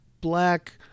black